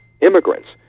immigrants